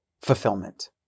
fulfillment